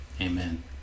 amen